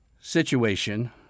situation